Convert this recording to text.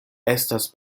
estas